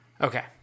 Okay